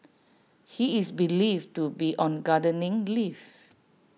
he is believed to be on gardening leave